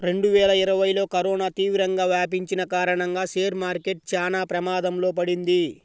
రెండువేల ఇరవైలో కరోనా తీవ్రంగా వ్యాపించిన కారణంగా షేర్ మార్కెట్ చానా ప్రమాదంలో పడింది